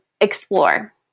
explore